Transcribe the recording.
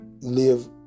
live